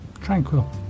tranquil